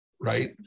right